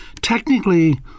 technically